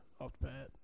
Off-the-Pad